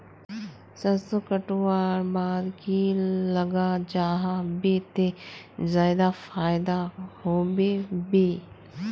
सरसों कटवार बाद की लगा जाहा बे ते ज्यादा फायदा होबे बे?